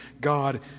God